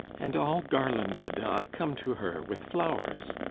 and all garlanded i come to her with flowers,